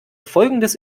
folgendes